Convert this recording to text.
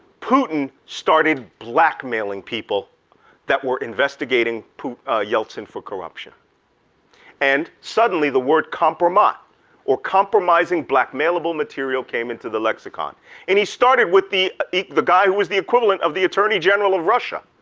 putin started blackmailing people that were investigating ah yeltsin for corruption and suddenly the word compromise or compromising blackmailable material came into the lexicon and he started with the the guy who was the equivalent of the attorney general of russia.